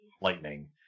Lightning